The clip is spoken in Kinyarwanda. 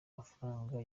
amafaranga